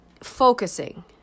focusing